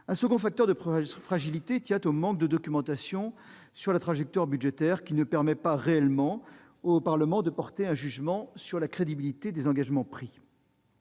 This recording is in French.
Un second facteur de fragilité tient au manque de documentation de la trajectoire budgétaire, qui ne permet pas réellement au Parlement de porter un jugement sur la crédibilité des engagements pris.